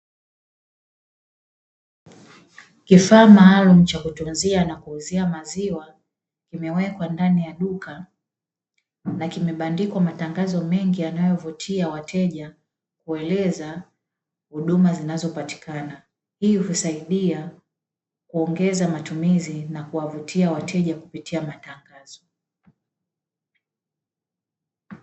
Kifaa maalumu cha kutunzia na kuuzia maziwa kimewekwa ndani ya duka na kimebandikwa matangazo mengi yanayovutia wateja kueleza huduma zinazopatikana. Hii husaidia kuongeza matumizi na kuwavutia wateja kupitia matangazo.